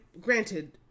granted